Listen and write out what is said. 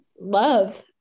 love